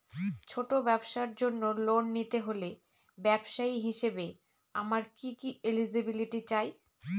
ছোট ব্যবসার জন্য লোন নিতে হলে ব্যবসায়ী হিসেবে আমার কি কি এলিজিবিলিটি চাই?